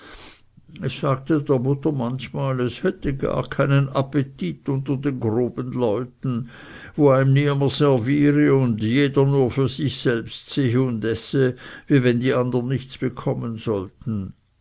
sagte der mutter manchmal es hätte gar keinen appetit unter den groben leuten wo eim niemer serviere ein jeder nur für sich selbst sehe und esse wie wenn die andern nichts bekommen sollten